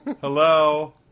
Hello